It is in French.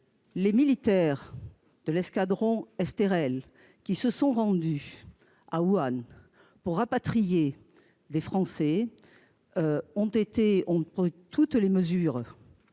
les militaires de l'escadron Estérel qui se sont rendus à Wuhan pour rapatrier des Français ont respecté toutes les mesures